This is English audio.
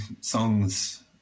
songs